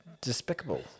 despicable